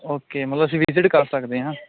okay ਮਤਲਬ ਅਸੀਂ visit ਕਰ ਸਕਦੇ ਹਾਂ